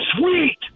Sweet